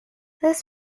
this